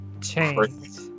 changed